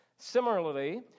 Similarly